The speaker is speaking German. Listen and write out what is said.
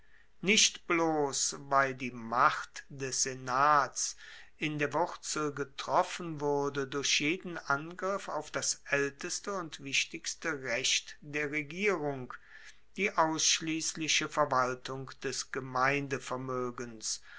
nicht bloss weil die macht des senats in der wurzel getroffen wurde durch jeden angriff auf das aelteste und wichtigste recht der regierung die ausschliessliche verwaltung des